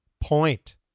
point